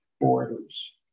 borders